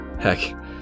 Heck